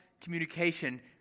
communication